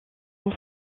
sont